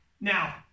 Now